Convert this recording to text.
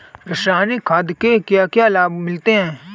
रसायनिक खाद के क्या क्या लाभ मिलते हैं?